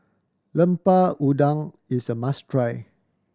Lemper Udang is a must try